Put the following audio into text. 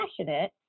passionate